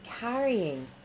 carrying